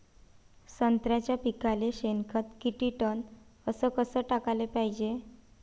संत्र्याच्या पिकाले शेनखत किती टन अस कस टाकाले पायजे?